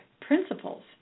principles